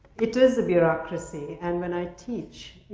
it is a bureaucracy, and when i teach,